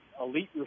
elite